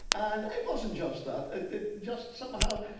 and it wasn't just that. it it just somehow,